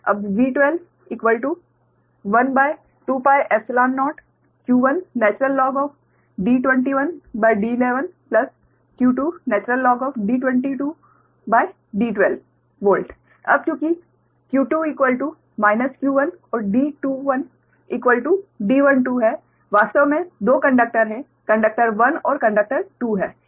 अब V1212πϵ0q1D21D11 q2D22D12 अब चूंकि q2 q1 और D21D12 वास्तव में 2 कंडक्टर हैं कंडक्टर 1 और कंडक्टर 2 हैं